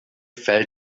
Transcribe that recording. fell